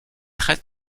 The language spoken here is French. très